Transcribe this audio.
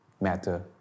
matter